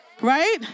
right